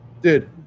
dude